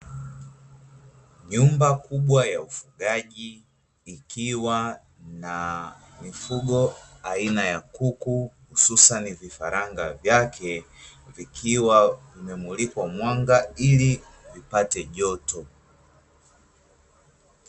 Nyumba kubwa ya ufugaji ikiwa na mifugo aina ya kuku hususani vifaranga vyake vikiwa vimemulikwa mwanga ili vipate joto.